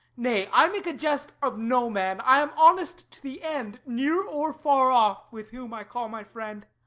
nay i make a jest of no man. i am honest to the end, near or far off, with him i call my friend.